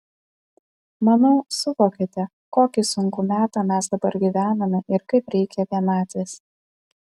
manau suvokiate kokį sunkų metą mes dabar gyvename ir kaip reikia vienatvės